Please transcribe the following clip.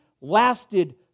lasted